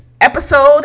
episode